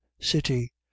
city